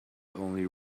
only